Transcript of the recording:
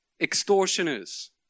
extortioners